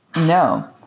no.